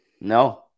No